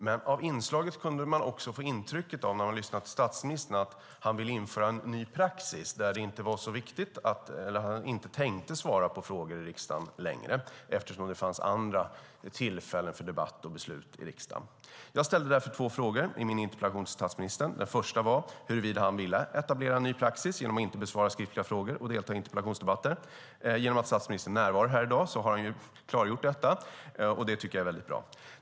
Men av inslaget kunde man när man lyssnade till statsministern också få intrycket att han ville införa en ny praxis, att han inte tänkte svara på frågor i riksdagen längre, eftersom det finns andra tillfällen för debatt och beslut i riksdagen. Jag ställde därför två frågor i min interpellation till statsministern. Den första gällde huruvida han ville etablera en ny praxis genom att inte besvara skriftliga frågor och delta i interpellationsdebatter. I och med att statsministern närvarar här i dag har han klargjort detta. Det tycker jag är väldigt bra.